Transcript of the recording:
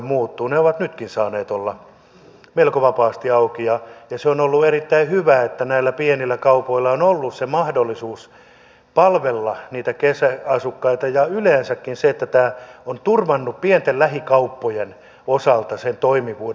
ne ovat nytkin saaneet olla melko vapaasti auki ja se on ollut erittäin hyvä että näillä pienillä kaupoilla on ollut se mahdollisuus palvella niitä kesäasukkaita ja yleensäkin tämä on turvannut pienten lähikauppojen osalta sen toimivuuden